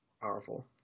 powerful